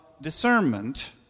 discernment